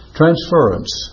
transference